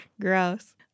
Gross